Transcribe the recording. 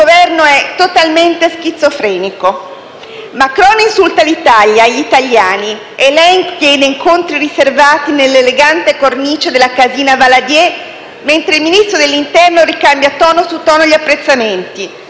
suo Governo è totalmente schizofrenico. Macron insulta l'Italia e gli italiani e lei tiene incontri riservati nell'elegante cornice della Casina Valadier, mentre il Ministro dell'interno ricambia tono su tono gli apprezzamenti.